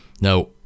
Now